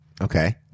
Okay